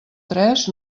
tres